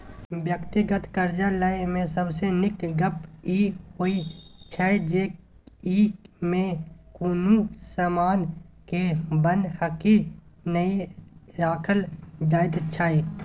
व्यक्तिगत करजा लय मे सबसे नीक गप ई होइ छै जे ई मे कुनु समान के बन्हकी नहि राखल जाइत छै